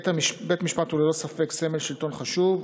בית משפט הוא ללא ספק סמל שלטון חשוב,